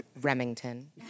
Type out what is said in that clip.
Remington